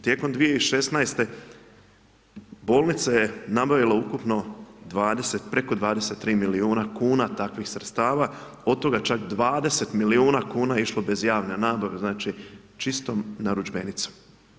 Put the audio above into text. Tijekom 2016. bolnica je nabavila ukupno 20, preko 23 milijuna kn takvih sredstava, od toga čak 20 milijuna kn je išlo bez javne nabave, znači čistom narudžbenicom.